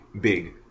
big